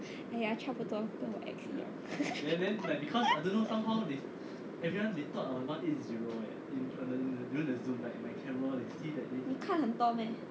!aiya! 差不多跟我 ex～ 一样 你看很 tall meh